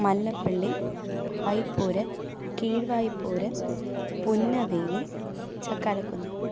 Mallappally Payippad Keezhvaipur Punnaveli Chakkalakunnu